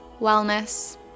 wellness